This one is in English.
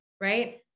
right